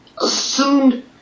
assumed